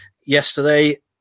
yesterday